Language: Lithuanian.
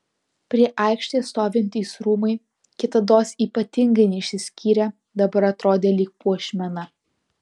prie aikštės stovintys rūmai kitados ypatingai neišsiskyrę dabar atrodė lyg puošmena